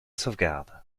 sauvegarde